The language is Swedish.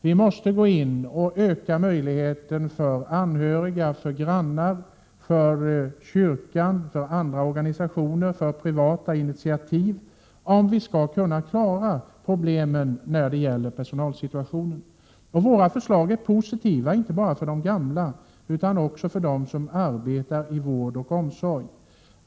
Vi måste öka möjligheten för anhöriga, för grannar, för kyrkan, för andra organisationer, för privata initiativ, om vi skall kunna klara problemen med personalsituationen. Våra förslag är positiva inte bara för de gamla utan också för dem som arbetar i vård och omsorg.